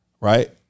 Right